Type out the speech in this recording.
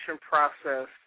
process